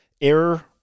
error